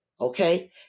Okay